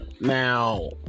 now